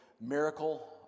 miracle